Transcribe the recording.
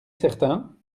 certain